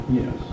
yes